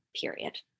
period